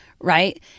right